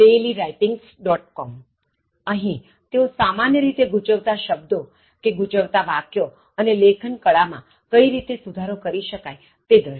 comઅહીં તેઓ સામાન્ય રીતે ગૂંચવતા શબ્દોકે ગૂંચવતા વાક્યો અને લેખનકળા માં કઈ રીતે સુધારો કરી શકાય તે દર્શાવે છે